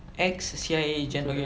ex C_I_A agent okay